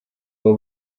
abo